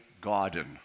garden